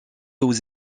aux